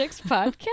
podcast